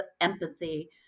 empathy